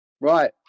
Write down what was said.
Right